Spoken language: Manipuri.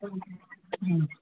ꯎꯝ